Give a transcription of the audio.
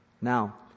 Now